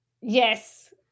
yes